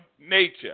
nature